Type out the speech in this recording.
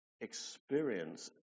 experience